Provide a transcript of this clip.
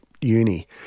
uni